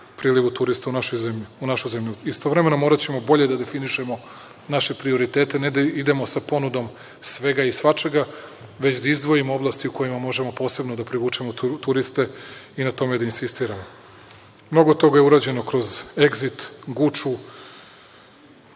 prilivu turista u našu zemlju. Istovremeno, moraćemo bolje da definišemo naše prioritete, ne da idemo sa ponudom svega i svačega, već da izdvojimo oblasti u kojima možemo posebno da privučemo turiste i na tome da insistiramo. Mnogo toga je urađeno kroz Egzit, Guču,